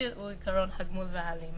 הוא עיקרון הגמול וההלימה.